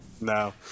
No